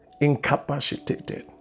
incapacitated